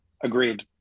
agreed